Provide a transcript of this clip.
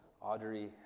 Audrey